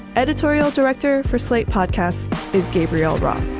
editorial director for slate podcast is gabriel roth,